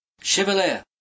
Chevalier